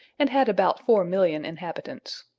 and had about four million inhabitants.